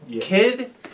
Kid